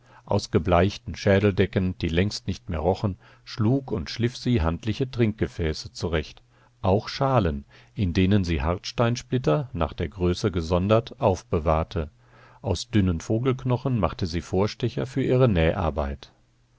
aus gebleichten schädeldecken die längst nicht mehr rochen schlug und schliff sie handliche trinkgefäße zurecht auch schalen in denen sie hartsteinsplitter nach der größe gesondert aufbewahrte aus dünnen vogelknochen machte sie vorstecher für ihre näharbeit